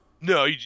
No